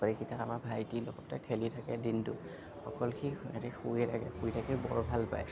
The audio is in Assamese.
পোৱালীগিটাক আমাৰ ভাইটিৰ লগতে খেলি থাকে দিনটো অকল সি শুৱে শুই থাকি বৰ ভাল পায়